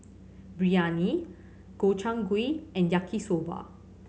Biryani Gobchang Gui and Yaki Soba